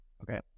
Okay